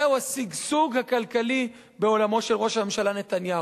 זהו השגשוג הכלכלי בעולמו של ראש הממשלה נתניהו.